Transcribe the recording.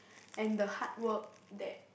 and the hard work that